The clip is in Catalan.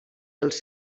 dels